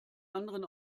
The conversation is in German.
anderen